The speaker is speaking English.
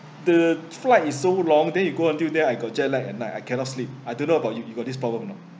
the flight is so long then you go until there I got jet lagged at night I cannot sleep I don't know about you you got this problem or not